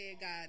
God